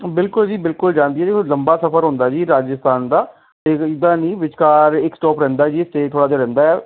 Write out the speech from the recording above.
ਬਿਲਕੁਲ ਜੀ ਬਿਲਕੁਲ ਜਾਂਦੀ ਆ ਉਹ ਲੰਬਾ ਸਫਰ ਹੁੰਦਾ ਆ ਜੀ ਰਾਜਸਥਾਨ ਦਾ ਅਤੇ ਇੱਦਾ ਨਹੀਂ ਵਿਚਕਾਰ ਇੱਕ ਸਟੋਪ ਰਹਿੰਦਾ ਸਟੇਅ ਥੋੜ੍ਹਾ ਰਹਿੰਦਾ